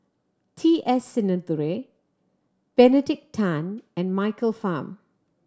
T S Sinnathuray Benedict Tan and Michael Fam